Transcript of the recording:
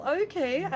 okay